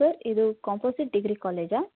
sir ಇದು composite degree ಕಾಲೇಜಾ